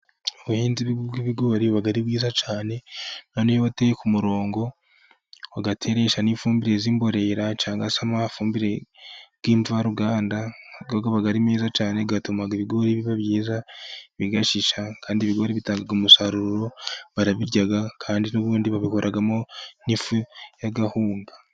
Ubuhinzi bw'ibigori buba ari bwiza cyane niyo wateye ku murongo uteresha n'ifumbire y'imborera cyangwa imavaruganda iba ari nziza cyane igatuma ibigori biba byiza kandi ibigori bitanga umusaruro barabirya kandi n'ubundi babikoraramo n'ifu y'akawunga.